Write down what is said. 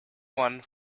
one